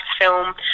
film